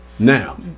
Now